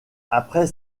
après